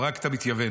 הוא הרג את המתייוון.